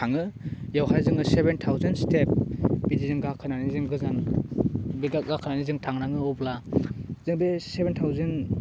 थाङो बेयावहा जोङो चेभेन थावजेन स्टेप बिदिजों गाखोनानै जों गोजान बे दा गोखोनानै जों थांनाङो अब्ला जों बे चेभेन थावजेन